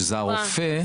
שזה הרופא,